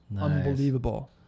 unbelievable